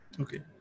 Okay